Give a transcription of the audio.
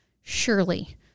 surely